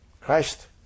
Christ